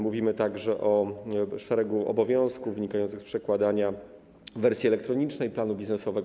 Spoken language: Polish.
Mówimy także o szeregu obowiązków wynikających z przedkładania wersji elektronicznej planu biznesowego.